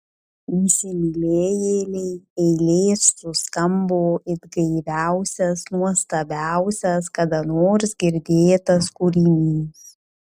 įsimylėjėlei eilės suskambo it gaiviausias nuostabiausias kada nors girdėtas kūrinys